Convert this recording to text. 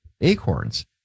acorns